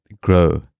grow